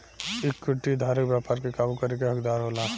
equity धारक व्यापार के काबू करे के हकदार होला